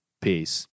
Peace